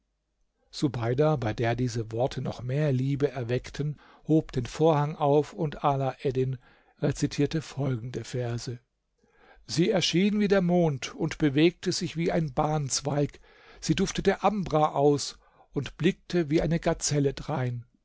subeida bei der diese worte noch mehr liebe erweckten hob den vorhang auf und ala eddin rezitierte folgende verse sie erschien wie der mond und bewegte sich wie ein banzweig sie duftete ambra aus und blickte wie eine gazelle drein